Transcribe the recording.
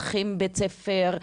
צריכים בית ספר,